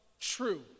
true